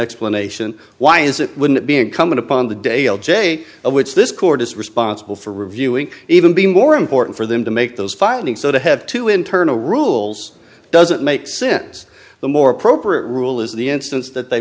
explanation why is it wouldn't be incumbent upon the dail j of which this court is responsible for reviewing even be more important for them to make those findings so to have to internal rules doesn't make sense the more appropriate rule is the instance that they